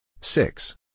Six